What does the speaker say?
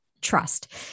trust